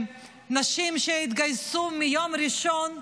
נשים שהתגייסו מהיום הראשון,